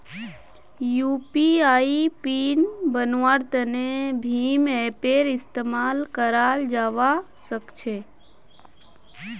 UPI PIN बन्वार तने भीम ऐपेर इस्तेमाल कराल जावा सक्छे